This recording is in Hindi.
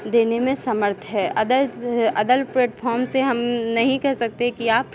देने में समर्थ है अदर अदल प्लेटफॉर्म से हम नहीं कह सकते कि आप